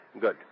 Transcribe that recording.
Good